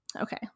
Okay